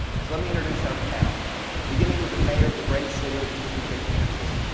so let me introduce our panel beginning with the mayor of the great city of topeka, kansas,